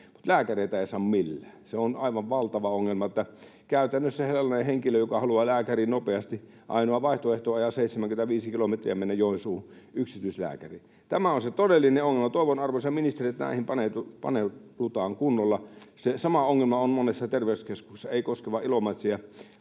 lääkäreitä ei saa millään. Se on aivan valtava ongelma. Käytännössä sellaisella henkilöllä, joka haluaa lääkäriin nopeasti, ainoa vaihtoehto on ajaa 75 kilometriä ja mennä Joensuuhun yksityislääkäriin. Tämä on se todellinen ongelma. Toivon, arvoisa ministeri, että näihin paneudutaan kunnolla. Se sama ongelma on monessa terveyskeskuksessa, ei koske vain Ilomantsia,